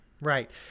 Right